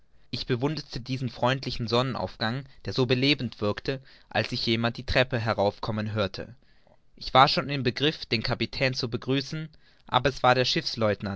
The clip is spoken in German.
ich bewunderte diesen freundlichen sonnenaufgang der so belebend wirkte als ich jemand die treppe herauf kommen hörte ich war schon im begriff den kapitän zu begrüßen aber es war der